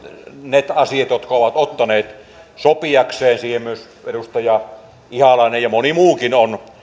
ne asiat jotka ovat ottaneet sopiakseen siihen myös edustaja ihalainen ja moni muukin on